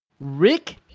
Rick